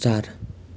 चार